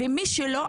ומי שלא,